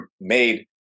made